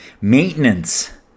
maintenance